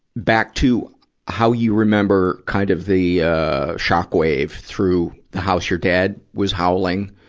back to how you remember, kind of the, ah, shockwave through the house. your dad was howling,